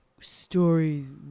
Stories